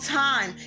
time